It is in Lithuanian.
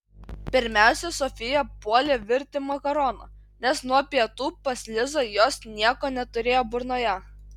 pirmiausia sofija puolė virti makaronų nes nuo pietų pas lizą jos nieko neturėjo burnoje